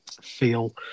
feel